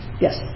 Yes